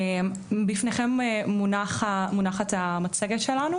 בפניכם מונחת המצגת שלנו